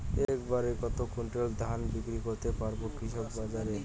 এক বাড়ে কত কুইন্টাল ধান বিক্রি করতে পারবো কৃষক বাজারে?